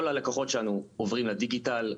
כל הלקוחות שלנו עוברים לדיגיטל.